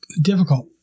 difficult